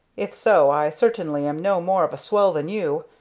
if so, i certainly am no more of a swell than you,